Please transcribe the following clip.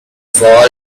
fall